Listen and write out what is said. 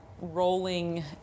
rolling